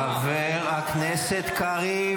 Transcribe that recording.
--- חבר הכנסת קריב.